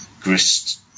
grist